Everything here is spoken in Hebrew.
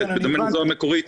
אני הבנתי.